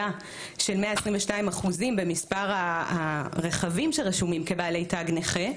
של 122% במספר הרכבים שרשומים כבעלי תג נכה,